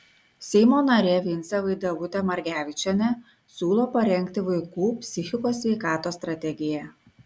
seimo narė vincė vaidevutė margevičienė siūlo parengti vaikų psichikos sveikatos strategiją